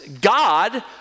God